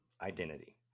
identity